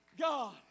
God